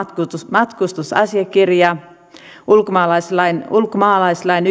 matkustusasiakirja ulkomaalaislain ulkomaalaislain